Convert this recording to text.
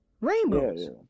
Rainbows